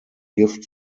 gift